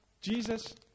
Jesus